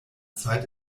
zeit